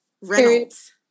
reynolds